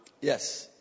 Yes